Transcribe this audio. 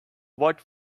what